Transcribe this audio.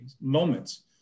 moments